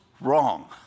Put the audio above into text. wrong